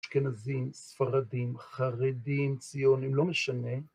אשכנזים, ספרדים, חרדים, ציונים, לא משנה.